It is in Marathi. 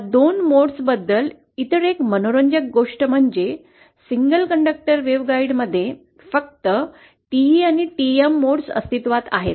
या दोन रीतीं बद्दल इतर मनोरंजक गोष्ट म्हणजे सिंगल कंडक्टर वेव्हगॉइड्समध्ये फक्त TE आणि TM मोड अस्तित्त्वात आहेत